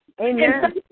Amen